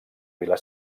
vila